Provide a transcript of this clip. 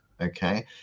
okay